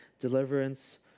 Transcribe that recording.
deliverance